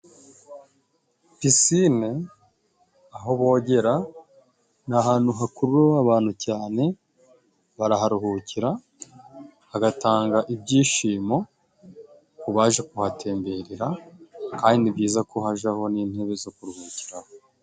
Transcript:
pisine aho bogera, ni ahantu hakurura abantu cyane, baraharuhukira, hagatanga ibyishimo ku baje kuhatemberera kandi ni byiza ko hajaho n'intebe zo kuruhukiraho.